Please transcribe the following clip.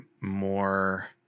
more